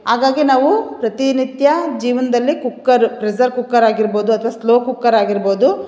ಹಾಗಾಗಿ ನಾವು ಪ್ರತಿನಿತ್ಯ ಜೀವನದಲ್ಲಿ ಕುಕ್ಕರ್ ಪ್ರೆಸರ್ ಕುಕ್ಕರ್ ಆಗಿರ್ಬೋದು ಅಥ್ವಾ ಸ್ಲೊ ಕುಕ್ಕರ್ ಆಗಿರ್ಬೋದು